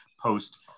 post